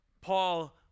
Paul